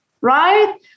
right